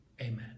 amen